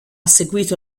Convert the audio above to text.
seguito